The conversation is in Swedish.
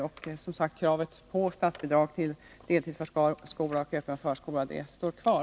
Och, som sagt, kravet på statsbidrag till deltidsförskola och öppen förskola står kvar.